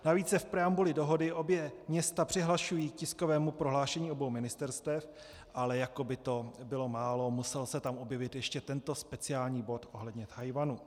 Navíc se v preambuli dohody obě města přihlašují k tiskovému prohlášení obou ministerstev, ale jako by to bylo málo, musel se tam objevit ještě tento speciální bod ohledně Tchajwanu.